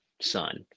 son